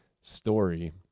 story